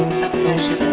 obsession